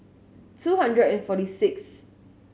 two hundred and forty six